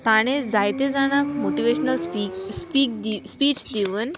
ताणें जायते जाणांक मोटिवेशनल स्पीक स्पीक दिव स्पीच दिवन